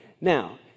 Now